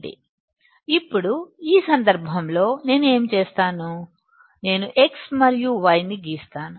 కాబట్టి నాకు VGS 0 volt కన్నా తక్కువ ఉంటే ఈ సందర్భం లో మీరు చూడగలిగినట్లుగా నా కరెంట్ తగ్గడం ప్రారంభిస్తుంది సంతృప్త IDSS ప్రారంభంలో చేరుకుంటుందని మీరు చూడవచ్చు